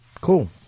Cool